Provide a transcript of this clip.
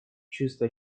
чувства